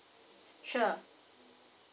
sure